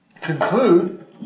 Conclude